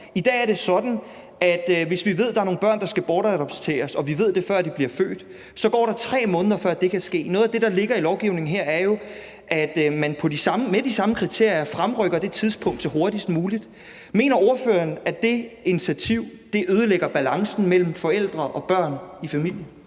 I dag er det sådan, at hvis vi ved, at der er nogle børn, der skal bortadopteres, og vi ved det, før de bliver født, så går der 3 måneder, før det kan ske. Noget af det, der ligger i lovgivningen her, er jo, at man med de samme kriterier fremrykker det tidspunkt til hurtigst muligt. Mener ordføreren, at det initiativ ødelægger balancen mellem forældre og børn i familien?